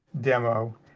demo